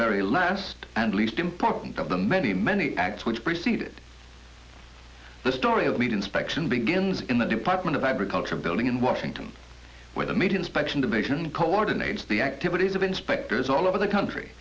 very last and least important of the many many acts which preceded the story of meat inspection begins in the department of agriculture building in washington where the maid inspection division coordinates the activities of inspectors all over the country